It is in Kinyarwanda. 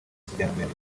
kijyambere